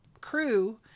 crew